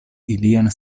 ilian